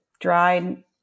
dried